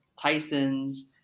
Tyson's